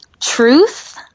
Truth